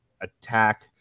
attack